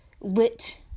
lit